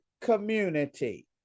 community